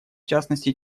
частности